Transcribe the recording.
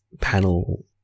panel